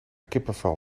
kippenvel